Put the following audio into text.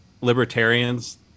libertarians